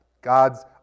God's